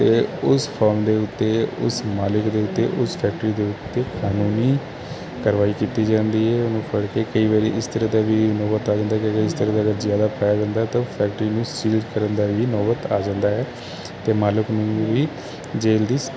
ਅਤੇ ਉਸ ਫਰਮ ਦੇ ਉੱਤੇ ਉਸ ਮਾਲਿਕ ਦੇ ਉੱਤੇ ਉਸ ਫੈਕਟਰੀ ਦੇ ਉੱਤੇ ਕਾਨੂੰਨੀ ਕਰਵਾਈ ਕੀਤੀ ਜਾਂਦੀ ਹੈ ਉਹਨੂੰ ਫੜ ਕੇ ਕਈ ਵਾਰੀ ਇਸ ਤਰ੍ਹਾਂ ਦਾ ਵੀ ਨੌਬਤ ਆ ਜਾਂਦਾ ਕਿ ਅਗਰ ਇਸ ਤਰ੍ਹਾਂ ਦਾ ਅਗਰ ਜ਼ਿਆਦਾ ਪੈ ਜਾਂਦਾ ਤਾਂ ਉਹ ਫੈਕਟਰੀ ਨੂੰ ਸੀਲ ਕਰਨ ਦਾ ਵੀ ਨੌਬਤ ਆ ਜਾਂਦਾ ਹੈ ਅਤੇ ਮਾਲਕ ਨੂੰ ਵੀ ਜੇਲ ਦੀ ਸ